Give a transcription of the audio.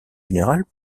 général